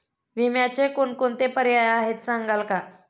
विम्याचे कोणकोणते पर्याय आहेत सांगाल का?